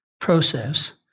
process